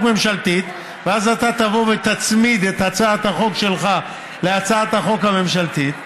ממשלתית ואז אתה תבוא ותצמיד את הצעת החוק שלך להצעת החוק הממשלתית.